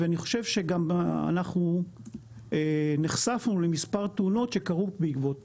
ואני חושב שגם אנחנו נחשפנו למספר תלונות שקרו בעקבות